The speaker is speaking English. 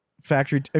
factory –